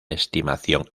estimación